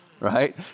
Right